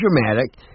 dramatic